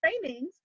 trainings